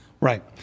right